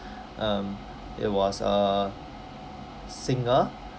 um it was a singer